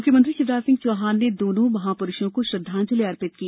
मुख्यमंत्री शिवराज सिंह चौहान ने दोनों महाप्रुषों को श्रद्वांजलि अर्पित की